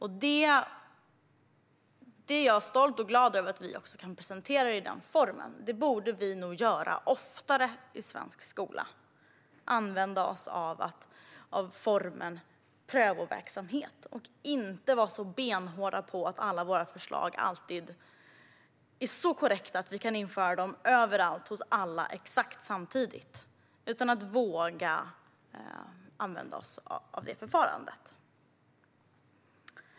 Jag är stolt och glad över att vi kan presentera det i den formen. Vi borde nog oftare våga använda oss av ett förfarande med prövoverksamhet i svensk skola och inte vara så benhårda med att alla våra förslag alltid är så korrekta att vi kan införa dem överallt hos alla exakt samtidigt.